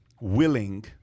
willing